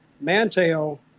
Mantel